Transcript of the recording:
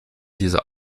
diese